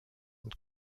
und